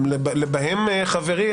בהם חברי,